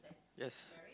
yes